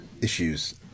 issues